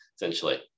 essentially